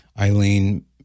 Eileen